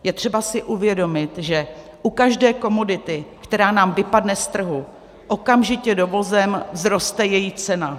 Je třeba si uvědomit, že u každé komodity, která nám vypadne z trhu, okamžitě dovozem vzroste její cena.